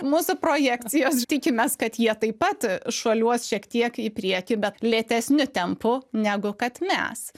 mūsų projekcijos tikimės kad jie taip pat šuoliuos šiek tiek į priekį bet lėtesniu tempu negu kad mes